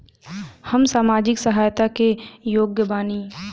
हम सामाजिक सहायता के योग्य बानी?